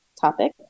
topic